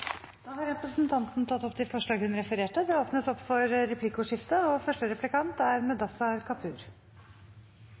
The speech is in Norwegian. Da har representanten Kari Elisabeth Kaski tatt opp de forslagene hun refererte til. Det blir replikkordskifte.